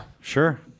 Sure